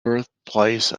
birthplace